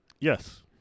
Yes